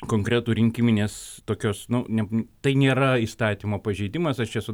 konkretų rinkiminės tokios nu ne tai nėra įstatymo pažeidimas aš čia su